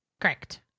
Correct